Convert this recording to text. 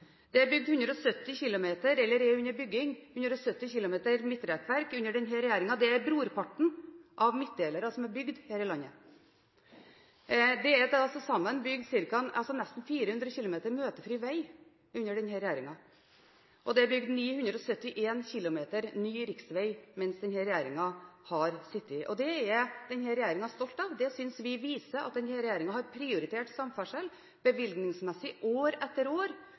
Det er under bygging eller åpnet 170 km midtrekkverk under denne regjeringen. Det er brorparten av midtdelere som er bygd her i landet. Det er til sammen bygd nesten 400 km møtefri vei under denne regjeringen, og det er bygd 971 km ny riksvei mens denne regjeringen har sittet. Det er denne regjeringen stolt av. Det synes vi viser at regjeringen bevilgningsmessig har prioritert samferdsel år etter år,